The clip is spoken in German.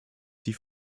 die